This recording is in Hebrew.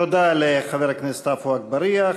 תודה לחבר הכנסת עפו אגבאריה.